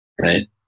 right